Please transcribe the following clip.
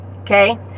Okay